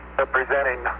representing